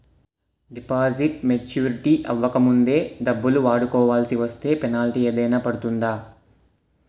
Deposit maturity అవ్వక ముందే డబ్బులు వాడుకొవాల్సి వస్తే పెనాల్టీ ఏదైనా పడుతుందా?